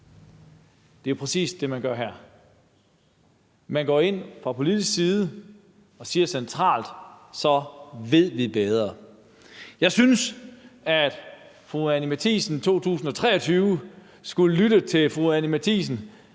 Det er præcis det, man gør her. Man går ind fra politisk side og siger fra centralt hold, at så ved vi bedre. Jeg synes, at fru Anni Matthiesen i 2023 skulle lytte til fru Anni Matthiesen